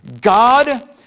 God